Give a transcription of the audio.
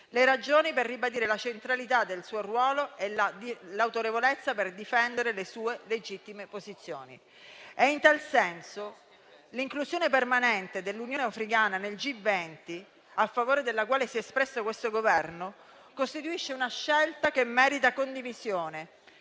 le ragioni per ribadire la centralità del suo ruolo e la sua autorevolezza per difendere le sue legittime posizioni. In tal senso, l'inclusione permanente dell'Unione africana nel G20, a favore della quale si è espresso questo Governo, costituisce una scelta che merita condivisione,